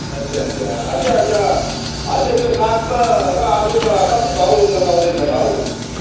अच्छा अच्छा अच्छा अच्छा अच्छा त्यो सागमा र आलुमा कति भाउ लगाउँदैछ त हौ